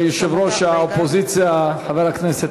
יש עדיין חברי כנסת